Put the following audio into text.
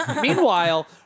Meanwhile